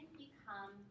become